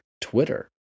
Twitter